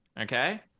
okay